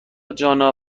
جانا